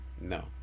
No